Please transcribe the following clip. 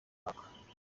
mwaka